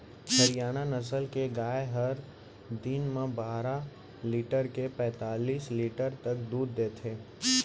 हरियाना नसल के गाय हर दिन म बारा लीटर ले पैतालिस लीटर तक दूद देथे